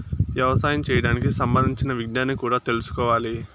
యవసాయం చేయడానికి సంబంధించిన విజ్ఞానం కూడా తెల్సుకోవాలి